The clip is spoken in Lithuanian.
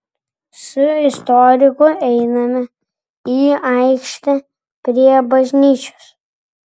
su istoriku einame į aikštę prie bažnyčios